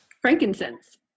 frankincense